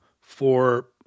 for-